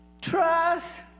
trust